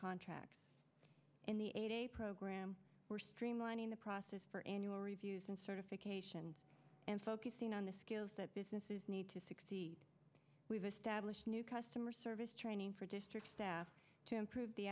contracts in the a program we're streamlining the process for annual reviews and certification and focusing on the skills that businesses need to succeed we've established new customer service training for district staff to improve the